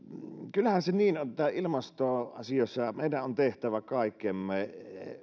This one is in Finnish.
kyllähän se niin on että ilmastoasioissa meidän on tehtävä kaikkemme